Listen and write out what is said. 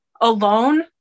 alone